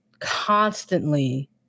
constantly